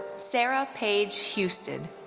sarah paige husted.